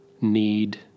need